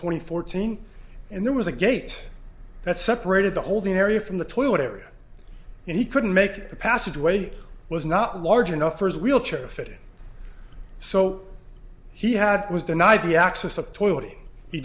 and fourteen and there was a gate that separated the holding area from the toilet area and he couldn't make the passageway was not large enough for his wheelchair if it so he had was denied the access of toileting he